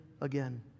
again